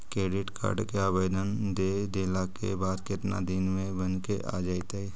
Credit card के आवेदन दे देला के बाद केतना दिन में बनके आ जइतै?